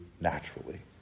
naturally